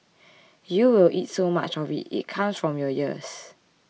you will eat so much of it it comes out from your ears